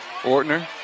Ortner